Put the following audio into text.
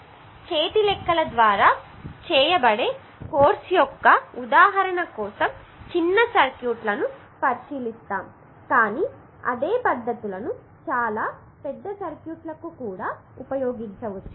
చేతి లెక్కల ద్వారా చేయబడే కోర్సు యొక్క ఉదాహరణల కోసం చిన్న సర్క్యూట్లను పరిశీలిస్తాము కానీ అదే పద్ధతులను చాలా పెద్ద సర్క్యూట్లకు కూడా ఉపయోగించవచ్చు